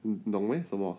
你懂 meh 什么